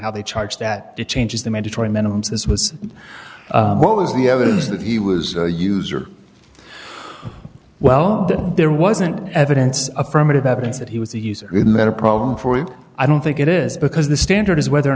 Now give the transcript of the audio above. how they charged at it changes the mandatory minimums as was what was the evidence that he was a user well there wasn't evidence affirmative evidence that he was a user met a problem for him i don't think it is because the standard is whether or